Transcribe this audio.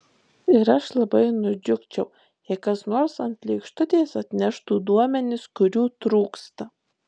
ir aš labai nudžiugčiau jei kas nors ant lėkštutės atneštų duomenis kurių trūksta